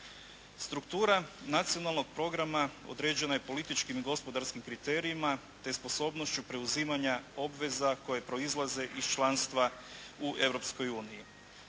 Struktura nacionalnog programa određena je političkim i gospodarskim kriterijima te sposobnošću preuzimanja obveza koje proizlaze iz članstva u